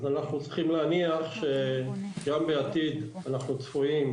אנחנו צריכים להניח שגם בעתיד אנחנו צפויים